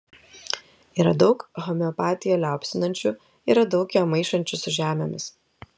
yra daug homeopatiją liaupsinančių yra daug ją maišančių su žemėmis